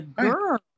girl